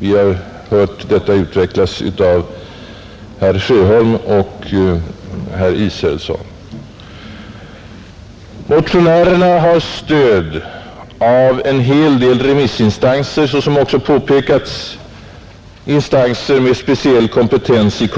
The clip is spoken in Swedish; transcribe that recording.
Vi har hört detta utvecklas av herr Sjöholm och herr Israelsson, Motionärerna har, som också påpekats, stöd av en hel del remissinstanser med speciell kompetens i